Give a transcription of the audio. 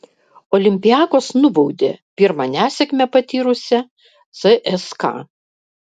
olympiakos nubaudė pirmą nesėkmę patyrusią cska